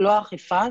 לא אכיפה,